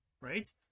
right